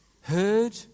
Heard